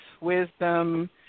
wisdom